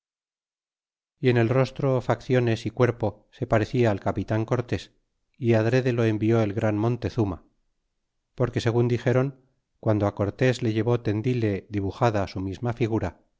en el rostro facciones y cuerpo se parecia al capitan cortés y adrede lo envió el gran montezuma porque segun dixeron guando cortés le llevó tendile dibuxada su misma figura